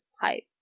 pipes